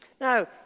Now